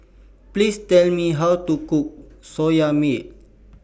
Please Tell Me How to Cook Soya Milk